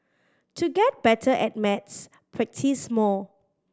to get better at maths practise more